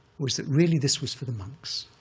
was that, really, this was for the monks.